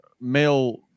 male